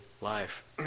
life